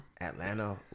Atlanta